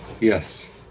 yes